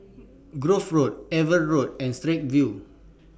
Grove Road AVA Road and Straits View